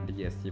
yes